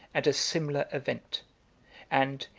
and a similar event and,